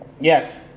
Yes